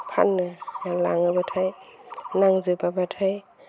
फाननो लाङोब्लाथाय नांजोबाब्लाथाय